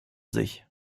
sich